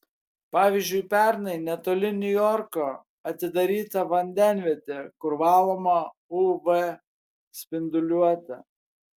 pavyzdžiui pernai netoli niujorko atidaryta vandenvietė kur valoma uv spinduliuote